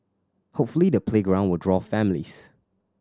hopefully the playground will draw families